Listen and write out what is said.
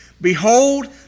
Behold